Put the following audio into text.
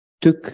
took